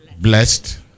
Blessed